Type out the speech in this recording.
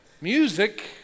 music